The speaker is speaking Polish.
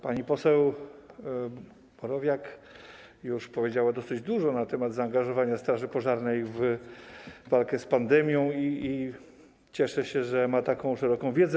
Pani poseł Borowiak już powiedziała dosyć dużo na temat zaangażowania straży pożarnej w walkę z pandemią i cieszę się, że ma taką szeroką wiedzę.